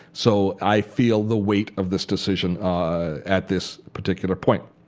so i feel the weight of this decision at this particular point.